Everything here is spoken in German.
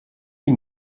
die